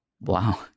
Wow